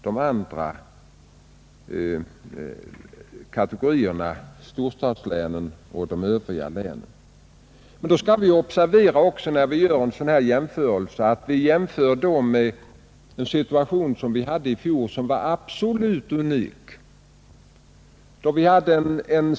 Vi skall också observera att vi jämför med fjolårets situation som var absolut unik.